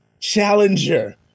challenger